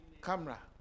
camera